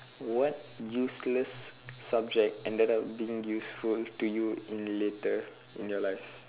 what useless subject ended up being useful to you later in your life